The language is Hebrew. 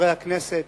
חבר הכנסת